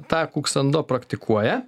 tą kuksando praktikuoja